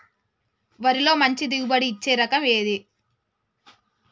వరిలో మంచి దిగుబడి ఇచ్చే రకం ఏది?